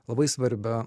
labai svarbią